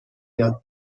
یاد